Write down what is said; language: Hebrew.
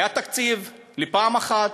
היה תקציב לפעם אחת.